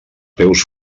peus